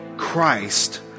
Christ